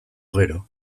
gero